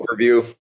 overview